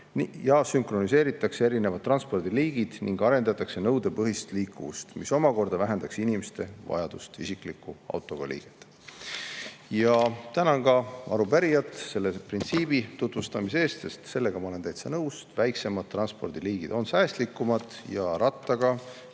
ja sünkroniseeritakse erinevad transpordiliigid ning arendatakse nõudepõhist liikuvust, mis omakorda vähendaks inimeste vajadust isikliku autoga liigelda. Ma tänan arupärijaid selle printsiibi tutvustamise eest. Sellega ma olen täitsa nõus, et väiksemad transpordi[vahendid] on säästlikumad ja rattaga